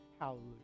Hallelujah